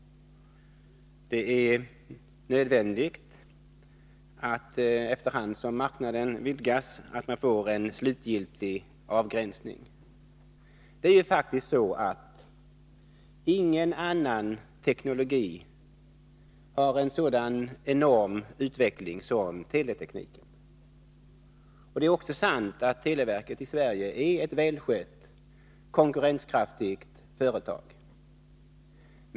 Det är ju så, att ingen annan teknologi utvecklas så snabbt som teletekniken. Det är också sant att televerket i Sverige är ett välskött och konkurrenskraftigt företag.